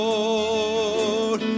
Lord